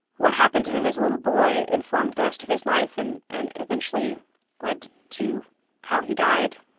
what happened to him as a little boy informed the rest of his life and and eventually led to how he died.